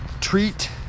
treat